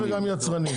גם יבואנים וגם יצרנים.